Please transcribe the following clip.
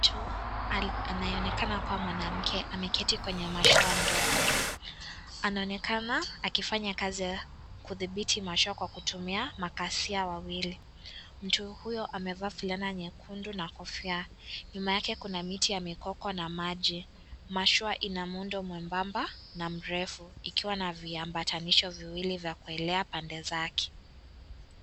Mtu anayeonekana kuwa mwanamke ameketi kwenye mashua ndogo anaonekana akifanya kazi ya kutibithi masoko kutumia makaasia wawili mtu huyo amevaa fulana nyekundu na kofia nyuma yake kuna miti ya mikoko na maji mashua ina muundo mwembamba na mrefu ikiwa na viambatanisho viwili vya kuelea pande zake.